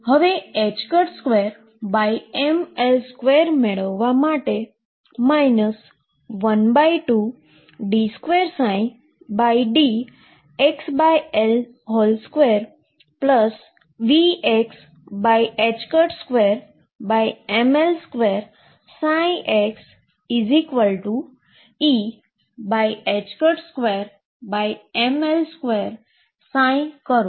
2mL2 મેળવવા માટે 12d2dxL2Vx2mL2 ψxE2mL2 ψ કરો